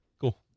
Cool